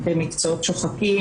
במקצועות שוחקים,